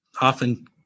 often